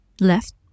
Left